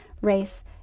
race